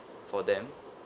for them